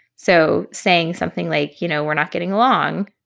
so saying something like, you know, we're not getting along,